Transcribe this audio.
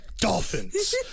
Dolphins